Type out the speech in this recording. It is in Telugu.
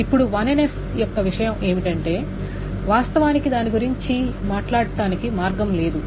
ఇప్పుడు 1NF యొక్క విషయం ఏమిటంటే వాస్తవానికి దాని గురించి వాదించడానికి మార్గం లేదు